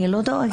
אני לא דואגת.